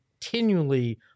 continually